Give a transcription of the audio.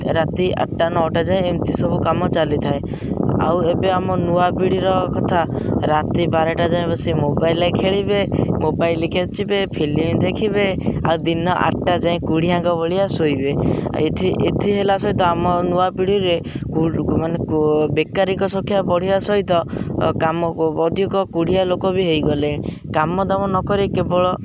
ରାତି ଆଠଟା ନଅଟା ଯାଏ ଏମିତି ସବୁ କାମ ଚାଲିଥାଏ ଆଉ ଏବେ ଆମ ନୂଆ ପିଢ଼ିର କଥା ରାତି ବାରଟା ଯାଏଁ ବସି ମୋବାଇଲ୍ରେ ଖେଳିବେ ମୋବାଇଲ୍ ଖେଞ୍ଚିବେ ଫିଲ୍ମ ଦେଖିବେ ଆଉ ଦିନ ଆଠଟା ଯାଏଁ କୋଢ଼ିଆଙ୍କ ଭଳିଆ ଶୋଇବେ ଏଥି ଏଥି ହେଲା ସହିତ ଆମ ନୂଆ ପିଢ଼ିରେ ମାନେ ବେକାରୀଙ୍କ ସଂଖ୍ୟା ବଢ଼ିବା ସହିତ କାମ ଅଧିକ କୋଢ଼ିଆ ଲୋକ ବି ହେଇଗଲେ କାମ ଦାମ ନକରି କେବଳ